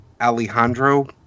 Alejandro